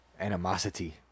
animosity